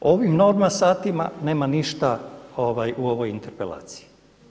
Ovim norma satima nema ništa u ovoj interpelaciji.